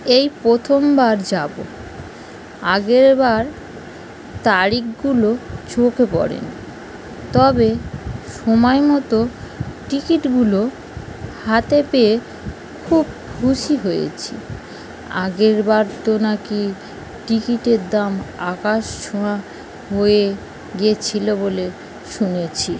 এই প্রথম বার যাব আগের বার তারিখগুলো চোখে পড়েনি তবে সময় মতো টিকিটগুলো হাতে পেয়ে খুব খুশি হয়েছি আগের বার তো নাকি টিকিটের দাম আকাশছোঁয়া হয়ে গিয়েছিল বলে শুনেছি